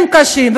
הם קשים,